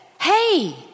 hey